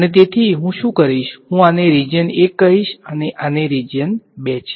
અને તેથી હું શું કરીશ હું આને રીજીયન 1 કહીશ અને આ રીજીયન 2 છે